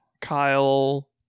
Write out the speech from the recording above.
Kyle